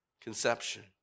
conception